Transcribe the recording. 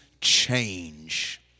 change